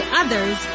others